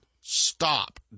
Stop